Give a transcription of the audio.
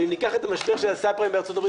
וניקח את המשבר של הסאבפריים בארצות-הברית,